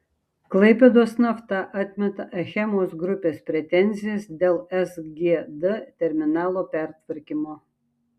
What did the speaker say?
klaipėdos nafta atmeta achemos grupės pretenzijas dėl sgd terminalo pertvarkymo